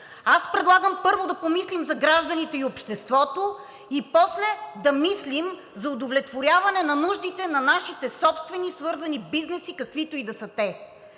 Аз предлагам първо да помислим за гражданите и обществото и после да мислим за удовлетворяване на нуждите на нашите собствени свързани бизнеси, каквито и да са те.